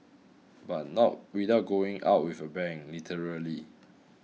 but not without going out with a bang literally